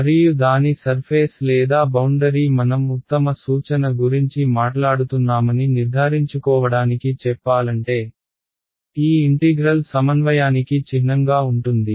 మరియు దాని సర్ఫేస్ లేదా బౌండరీ మనం ఉత్తమ సూచన గురించి మాట్లాడుతున్నామని నిర్ధారించుకోవడానికి చెప్పాలంటే ఈ ఇంటిగ్రల్ సమన్వయానికి చిహ్నంగా ఉంటుంది